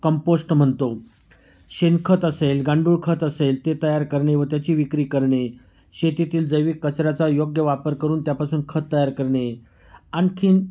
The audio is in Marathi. कंपोस्ट म्हणतो शेणखत असेल गांडूळखत असेल ते तयार करणे व त्याची विक्री करणे शेतीतील जैविक कचऱ्याचा योग्य वापर करून त्यापासून खत तयार करणे आणखीन